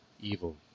evil